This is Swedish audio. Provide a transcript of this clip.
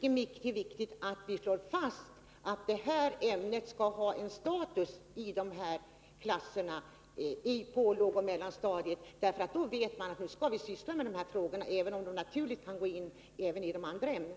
är mycket viktigt att vi slår fast att hemkunskapsämnet skall ha en status på lågoch mellanstadierna, så att eleverna vet att de skall syssla med de frågor som ämnet innefattar. Det gäller alldeles oavsett om dessa frågor kan läggas in också under andra ämnen.